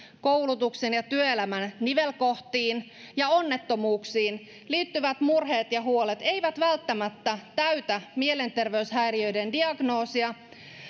koulutuksen ja työelämän nivelkohtiin ja onnettomuuksiin liittyvät murheet ja huolet eivät välttämättä täytä mielenterveyshäiriöiden diagnoosia